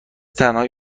تنهایی